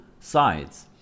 sides